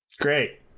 Great